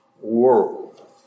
world